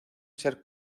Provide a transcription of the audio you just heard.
ser